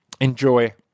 enjoy